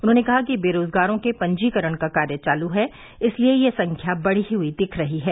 उन्होंने कहा कि बेरोजगारों के पंजीकरण का कार्य चालू है इसलिये यह संख्या बढ़ी हुई दिख रही है